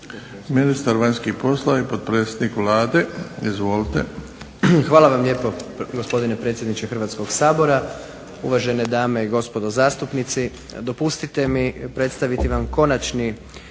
ministar vanjskih poslova i potpredsjednik Vlade. Izvolite. **Jandroković, Gordan (HDZ)** Hvala vam lijepo gospodine predsjedniče Hrvatskog sabora, uvažene dame i gospodo zastupnici. Dopustite mi predstaviti vam Konačni